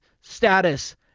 status